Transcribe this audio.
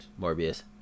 Morbius